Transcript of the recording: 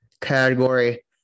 category